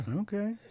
okay